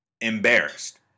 embarrassed